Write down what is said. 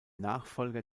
nachfolger